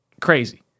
Crazy